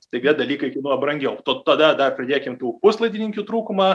staiga dalykai kainuoja brangiau tada dar pridėkim tų puslaidininkių trūkumą